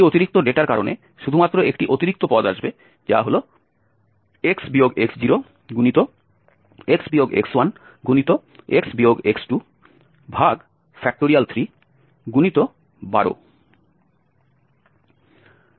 এই অতিরিক্ত ডেটার কারণে শুধুমাত্র একটি অতিরিক্ত পদ আসবে যা হল x x0x x1x x23